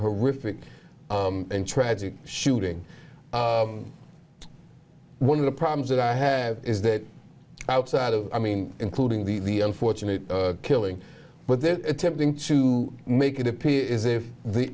horrific and tragic shooting one of the problems that i have is that outside of i mean including the unfortunate killing but they're attempting to make it appear as if the